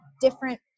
different